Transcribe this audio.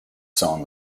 song